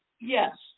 yes